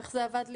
איך זה עבד לפני?